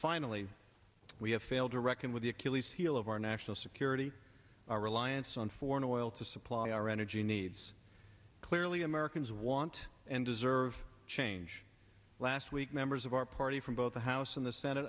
finally we have failed to reckon with the achilles heel of our national security our reliance on foreign oil to supply our energy needs clearly americans want and deserve change last week members of our party from both the house and the senate